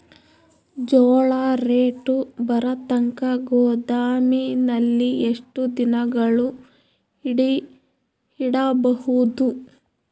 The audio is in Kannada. ಜೋಳ ರೇಟು ಬರತಂಕ ಗೋದಾಮಿನಲ್ಲಿ ಎಷ್ಟು ದಿನಗಳು ಯಿಡಬಹುದು?